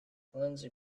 lindsey